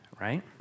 right